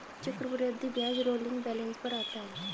चक्रवृद्धि ब्याज rolling balance पर आता है